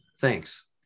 Thanks